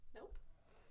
Nope